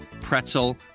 pretzel